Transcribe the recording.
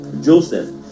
Joseph